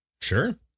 Sure